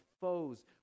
foes